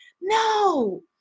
No